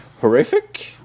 horrific